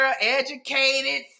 educated